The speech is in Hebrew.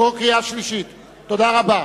תודה רבה.